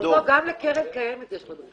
--- גם לקרן הקיימת יש עובדים.